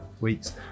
weeks